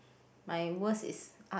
my worst is art